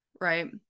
right